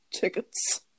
Tickets